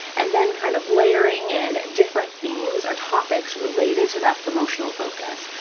and then kind of layering in different themes or topics related to that promotional focus.